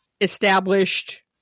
established